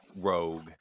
rogue